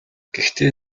гэхдээ